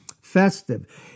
Festive